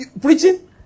preaching